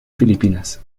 filipinas